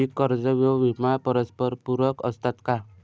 पीक कर्ज व विमा परस्परपूरक असतात का?